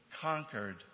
conquered